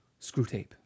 Screwtape